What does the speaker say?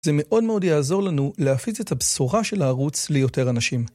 זה מאוד מאוד יעזור לנו להפיץ את הבשורה של הערוץ ליותר אנשים.